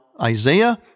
Isaiah